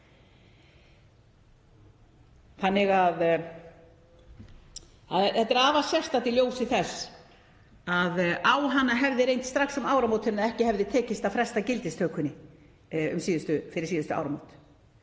október. Þetta er afar sérstakt í ljósi þess að á hana hefði reynt strax um áramótin ef ekki hefði tekist að fresta gildistökunni fyrir síðustu áramót.